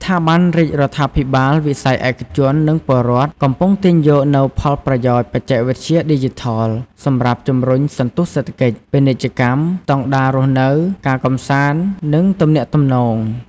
ស្ថាប័នរាជរដ្ឋាភិបាល វិស័យឯកជន និងពលរដ្ឋ កំពុងទាញយកនូវប្រយោជន៍បច្ចេកវិទ្យាឌីជីថល សម្រាប់ជម្រុញ សន្ទុះសេដ្ឋកិច្ច ពាណិជ្ជកម្ម ស្តង់ដាររស់នៅ ការកំសាន្ត និងទំនាក់ទំនង។